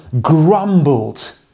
grumbled